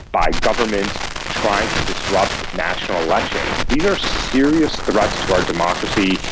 by governments, trying to disrupt national elections. these are serious threats to our democracy,